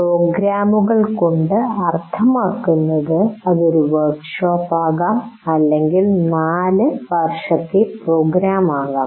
പ്രോഗ്രാമുകൾ കൊണ്ട് അർത്ഥമാക്കുന്നത് ഇത് ഒരു വർക്ക് ഷോപ്പ് ആകാം അല്ലെങ്കിൽ ഇത് 4 വർഷത്തെ പ്രോഗ്രാം ആകാം